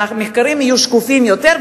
והמחקרים יהיו שקופים יותר.